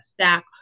stack